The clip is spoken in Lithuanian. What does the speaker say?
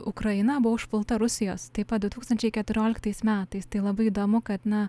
ukraina buvo užpulta rusijos taip pat du tūkstančiai keturioliktais metais tai labai įdomu kad na